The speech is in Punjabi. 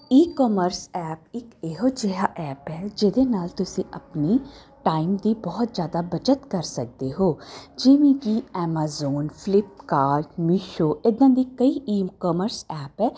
ਈਕਮਰਸ ਐਪ ਇੱਕ ਇਹੋ ਜਿਹਾ ਐਪ ਹੈ ਜਿਹਦੇ ਨਾਲ ਤੁਸੀਂ ਆਪਣੀ ਟਾਈਮ ਦੀ ਬਹੁਤ ਜ਼ਿਆਦਾ ਬੱਚਤ ਕਰ ਸਕਦੇ ਹੋ ਜਿਵੇਂ ਕਿ ਐਮਾਜ਼ੋਨ ਫਲਿਪਕਾਟ ਮਿਸ਼ੋ ਇੱਦਾਂ ਦੀ ਕਈ ਈਕਮਰਸ ਐਪ ਹੈ